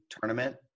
tournament